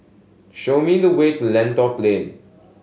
show me the way to Lentor Plain